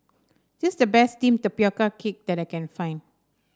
this the best steamed pioca cake that I can find